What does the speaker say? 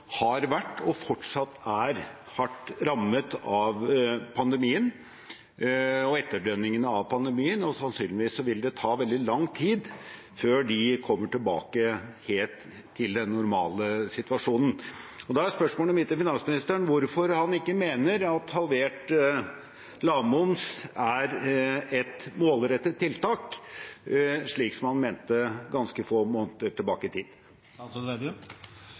har vært og fortsatt er hardt rammet av pandemien og etterdønningene av pandemien. Sannsynligvis vil det ta veldig lang tid før de kommer helt tilbake til den normale situasjonen. Spørsmålet mitt til finansministeren er hvorfor han ikke mener at halvert lavmoms er et målrettet tiltak, slik han mente ganske få måneder tilbake i tid.